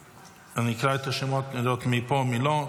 אני אקרא את השמות לראות מי פה ומי לא.